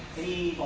the